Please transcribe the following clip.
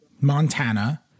Montana